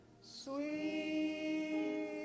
sweet